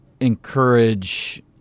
encourage